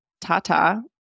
Tata